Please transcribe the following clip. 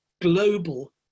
global